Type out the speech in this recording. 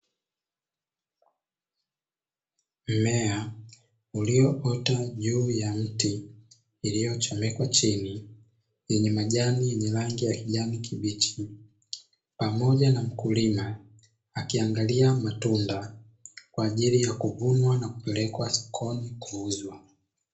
Mmea ulioota juu ya mti iliyochomekwa chini yenye majani yenye rangi ya kijani kibichi, pamoja na mkulima akiangalia matunda kwaajili ya kuvunwa na kupelekwa sokoni kuuzwa.